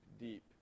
deep